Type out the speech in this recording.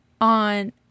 on